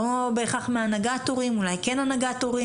לא בהכרח מהנהגת הורים,